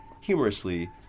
humorously